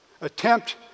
attempt